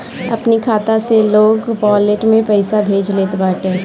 अपनी खाता से लोग वालेट में पईसा भेज लेत बाटे